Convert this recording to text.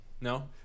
no